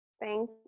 thank